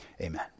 Amen